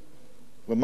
ומה אחרי זה?